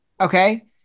okay